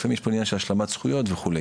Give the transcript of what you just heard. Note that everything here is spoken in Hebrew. לפעמים יש פה עניין של השלמת זכויות וכו'.